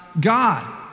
God